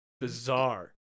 bizarre